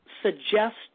suggest